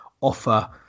offer